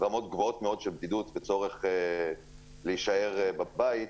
רמות גבוהות מאוד של בדידות וצורך להישאר בבית,